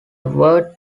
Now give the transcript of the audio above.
word